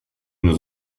nous